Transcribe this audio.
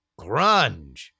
Grunge